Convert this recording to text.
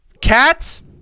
cats